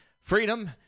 freedom